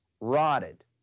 rotted